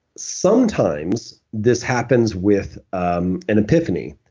sometimes this happens with um an epiphany.